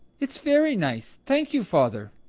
it's very nice, thank you, father.